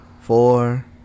four